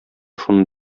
шуны